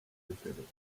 gefährdet